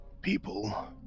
people